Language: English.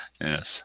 Yes